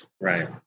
Right